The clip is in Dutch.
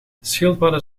schildpadden